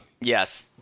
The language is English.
Yes